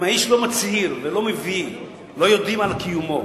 אם האיש לא מצהיר ולא יודעים על קיומו,